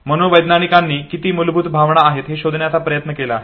मनोवैज्ञानिकांनी किती मूलभूत भावना आहेत हे शोधण्याचा प्रयत्न केला आहे